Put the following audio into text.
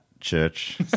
church